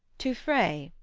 to frey,